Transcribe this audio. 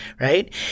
right